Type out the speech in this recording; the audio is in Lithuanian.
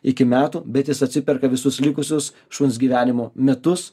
iki metų bet jis atsiperka visus likusius šuns gyvenimo metus